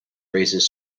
raises